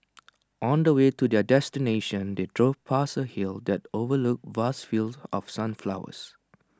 on the way to their destination they drove past A hill that overlooked vast fields of sunflowers